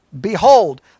...behold